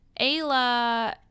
Ayla